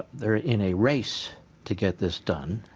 they are in a race to get this done,